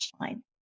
line